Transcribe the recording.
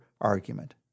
argument